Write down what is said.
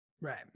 Right